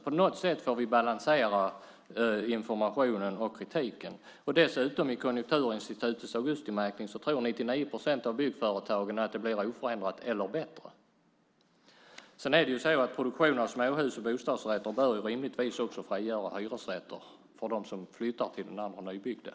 På något sätt måste man balansera informationen och kritiken. Enligt Konjunkturinstitutets augustimätning tror dessutom 99 procent av byggföretagen att det blir oförändrat eller bättre. Produktion av småhus och bostadsrätter bör rimligtvis också frigöra hyresrätter när människor flyttar till nybyggda bostäder.